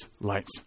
lights